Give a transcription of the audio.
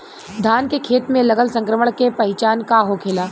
धान के खेत मे लगल संक्रमण के पहचान का होखेला?